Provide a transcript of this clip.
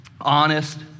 honest